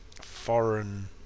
foreign